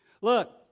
Look